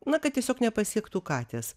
na kad tiesiog nepasiektų katės